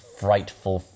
frightful